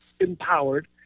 empowered